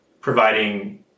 providing